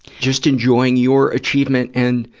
just enjoying your achievement and,